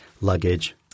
luggage